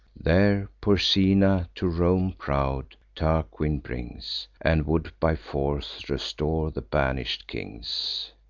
there, porsena to rome proud tarquin brings, and would by force restore the banish'd kings.